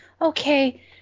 okay